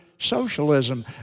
Socialism